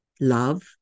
love